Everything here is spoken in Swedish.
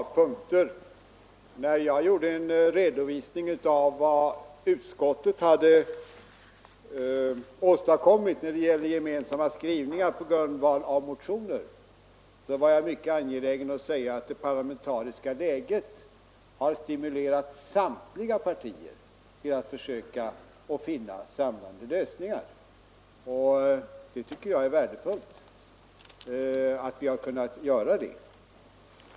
Herr talman! När jag gjorde en redovisning av vad utskottet hade åstadkommit i fråga om gemensamma skrivningar på grundval av motioner var jag mycket angelägen att säga, att det parlamentariska läget har stimulerat samtliga partier till att försöka få samlande lösningar. Jag tycker att det är värdefullt att vi har kunnat göra det.